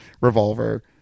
Revolver